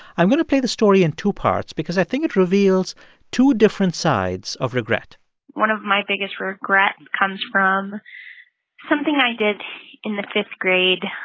i'm going to play the story in two parts because i think it reveals two different sides of regret one of my biggest regret and comes from something i did in the fifth grade.